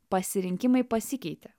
pasirinkimai pasikeitė